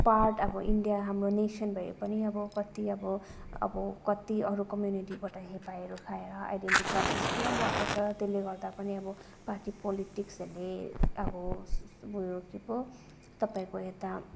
part अब India हाम्रो nation भए पनि अब कति अब अब कति अरू कम्युनिटीबाट हेपाइहरू खाएर आइडेन्टटिटी क्राइसिस पुरा भएको छ त्यसले गर्दा पनि अब पार्टी पोलिटिक्सहरूले अब उयो के पो तपाईँको यता